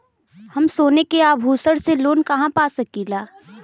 हम सोने के आभूषण से लोन कहा पा सकीला?